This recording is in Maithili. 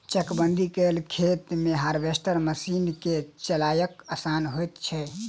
चकबंदी कयल खेत मे हार्वेस्टर मशीन के चलायब आसान होइत छै